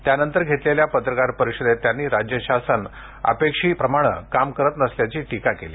त्यांनतर घेतलेल्या पत्रकार परिषदेत त्यांनी राज्य शासनं अपेक्षीत काम करत नसल्याची टीका केली